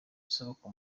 isoko